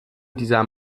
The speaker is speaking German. dieser